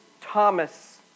Thomas